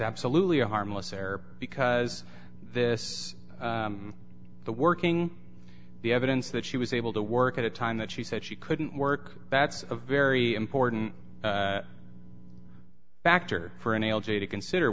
absolutely a harmless error because this the working the evidence that she was able to work at a time that she said she couldn't work that's a very important factor for an l g to consider